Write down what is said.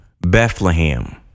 Bethlehem